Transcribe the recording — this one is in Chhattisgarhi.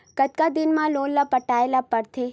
कतका दिन मा लोन ला पटाय ला पढ़ते?